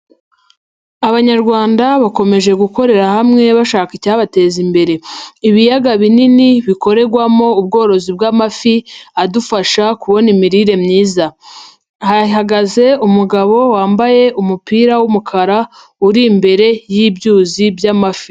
Abanyarwanda bakomeje gukorera hamwe bashaka icyabateza imbere, ibiyaga binini bikorerwamo ubworozi bw'amafi adufasha kubona imirire myiza, aha hahagaze umugabo wambaye umupira w'umukara uri imbere y'ibyuzi by'amafi.